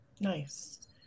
Nice